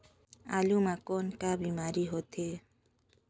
आलू म कौन का बीमारी होथे?